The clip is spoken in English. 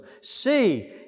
See